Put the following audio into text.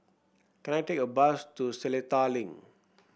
can I take a bus to Seletar Link